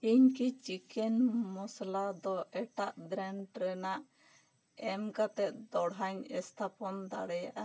ᱤᱧ ᱠᱤ ᱪᱤᱠᱮᱱ ᱢᱚᱥᱞᱟ ᱫᱚ ᱮᱴᱟᱜ ᱵᱨᱮᱱᱰ ᱨᱮᱱᱟᱜ ᱮᱢ ᱠᱟᱛᱮᱫ ᱫᱚᱲᱦᱟᱧ ᱮᱥᱛᱷᱟᱯᱚᱱ ᱫᱟᱲᱮᱭᱟᱜᱼᱟ